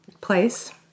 place